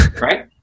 right